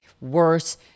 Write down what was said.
worse